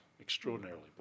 extraordinarily